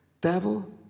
Devil